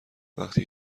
وقتی